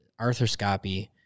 arthroscopy